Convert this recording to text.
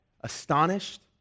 astonished